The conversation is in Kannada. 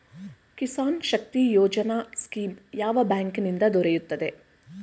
ಕಿಸಾನ್ ಶಕ್ತಿ ಯೋಜನಾ ಸ್ಕೀಮ್ ಯಾವ ಬ್ಯಾಂಕ್ ನಿಂದ ದೊರೆಯುತ್ತದೆ?